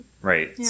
Right